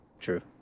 True